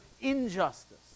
injustice